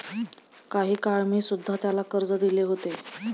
काही काळ मी सुध्धा त्याला कर्ज दिले होते